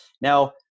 Now